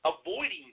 avoiding